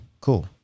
cool